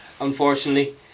Unfortunately